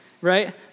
right